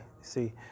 see